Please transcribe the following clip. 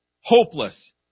hopeless